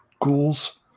ghouls